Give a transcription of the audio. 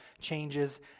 changes